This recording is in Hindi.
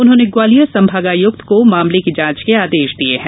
उन्होंने ग्वालियर संभागायुक्त को मामले की जांच के आदेश दिए हैं